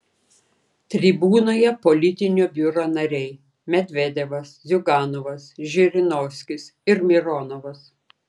tribūnoje politinio biuro nariai medvedevas ziuganovas žirinovskis ir mironovas